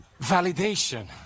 Validation